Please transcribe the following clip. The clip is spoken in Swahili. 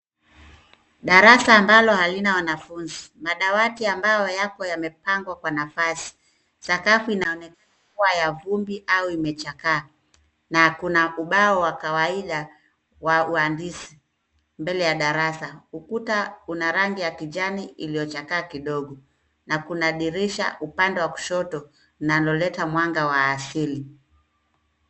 Darasa ambalo halina wanafunzi. Madawati ambayo yako yamepangwa kwa nafasi. Sakafu inaonekana kuwa ya vumbi au imechakaa na kuna ubao wa kawaida wa uandishi mbele ya darasa. Ukuta una rangi ya kijani iliyochakaa kidogo na kuna dirisha upande wa kushoto linaloleta mwanga wa asili.